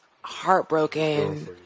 heartbroken